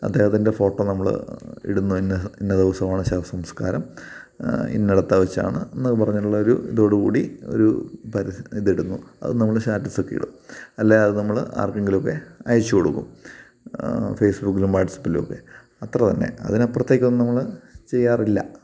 അദ്ദേഹത്തിൻ്റെ ഫോട്ടോ നമ്മൾ ഇടുന്നതിന് ഇന്ന ദിവസമാണ് ശവസംസ്കാരം ഇന്നടത്ത് വെച്ചാണ് എന്നു പറഞ്ഞോണ്ടുള്ളൊരു ഇതോടു കൂടി ഒരു പരസ്യം ഇതിടുന്നു അത് നമ്മൾ സ്റ്റാറ്റസൊക്കെയിടും അല്ലാതെ നമ്മൾ ആർക്കെങ്കിലൊക്കെ അയച്ചു കൊടുക്കും ഫേസ് ബുക്കിലും വാട്സപ്പിലൊക്കെ അത്രതന്നെ അതിനപ്പുറത്തേക്കൊന്നും നമ്മൾ ചെയ്യാറില്ല